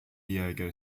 diego